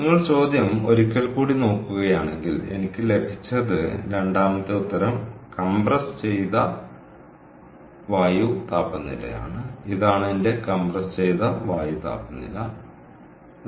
നിങ്ങൾ ചോദ്യം ഒരിക്കൽ കൂടി നോക്കുകയാണെങ്കിൽ എനിക്ക് ലഭിച്ചത് രണ്ടാമത്തെ ഉത്തരം കംപ്രസ് ചെയ്ത വായു താപനിലയാണ് ഇതാണ് എന്റെ കംപ്രസ് ചെയ്ത വായു താപനില ശരിയാണ്